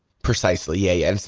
precisely. yeah.